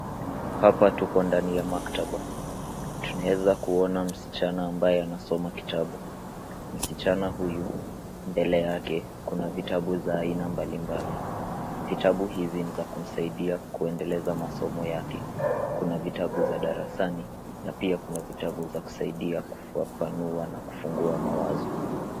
Hapa tupo ndani ya maktaba. Tunaweza kuona msichana ambaye anasoma kitabu. Msichana huyu, mbele yake, kuna vitabu za aina mbalimbali. Vitabu hizi ni za kumsaidia kuendeleza masomo yake. Kuna vitabu za darasani na pia kuna vitabu za kusaidia kufafanua na kufungua mawazo.